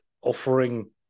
offering